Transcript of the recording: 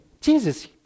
Jesus